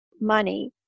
money